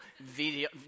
video